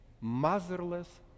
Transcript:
motherless